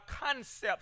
concepts